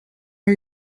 are